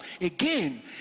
again